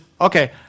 okay